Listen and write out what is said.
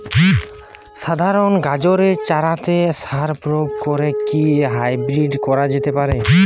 সাধারণ গাজরের চারাতে সার প্রয়োগ করে কি হাইব্রীড করা যেতে পারে?